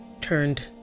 turned